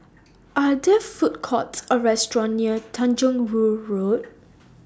Are There Food Courts Or Restaurant near Tanjong Rhu Road